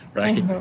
right